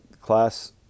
class